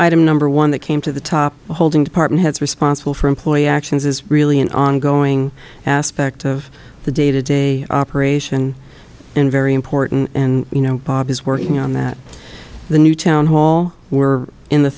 item number one that came to the top holding department heads responsible for employee actions is really an ongoing aspect of the day to day operation and very important and you know bob is working on that the new town hall we're in the